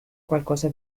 qualcosa